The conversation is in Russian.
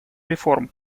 реформ